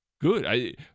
good